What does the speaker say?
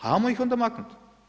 Hajmo ih onda maknuti.